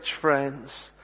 friends